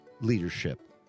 leadership